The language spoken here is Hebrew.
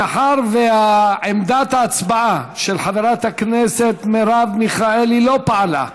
מאחר שעמדת ההצבעה של חברת הכנסת מרב מיכאלי לא פעלה,